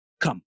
Come